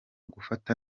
gufata